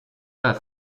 dal